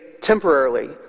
temporarily